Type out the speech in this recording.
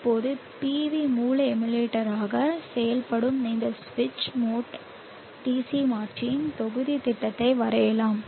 இப்போது PV மூல எமுலேட்டராக செயல்படும் இந்த சுவிட்ச் மோட் DC மாற்றியின் தொகுதித் திட்டத்தை வரையலாம்